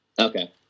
Okay